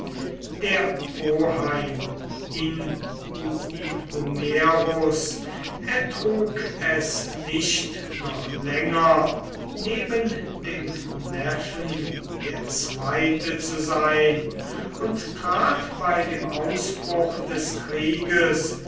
inguiomerus ertrug es nicht noch länger neben dem neffen der zweite zu sein und trat bei dem ausbruch des krieges